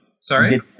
Sorry